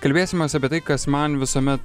kalbėsimės apie tai kas man visuomet